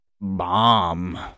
bomb